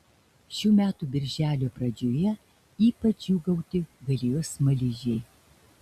šių metų birželio pradžioje ypač džiūgauti galėjo smaližiai